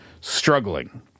struggling